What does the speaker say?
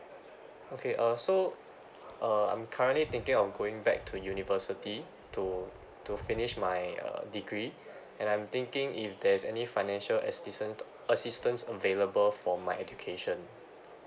okay uh so uh I'm currently thinking of going back to university to to finish my uh degree and I'm thinking if there's any financial assistant assistance available for my education